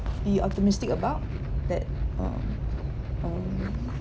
be optimistic about that uh um